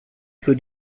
für